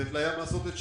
לתת לים לעשות את שלו.